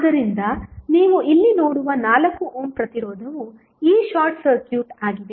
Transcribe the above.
ಆದ್ದರಿಂದ ನೀವು ಇಲ್ಲಿ ನೋಡುವ 4 ಓಮ್ ಪ್ರತಿರೋಧವು ಈಗ ಶಾರ್ಟ್ ಸರ್ಕ್ಯೂಟ್ ಆಗಿದೆ